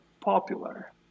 popular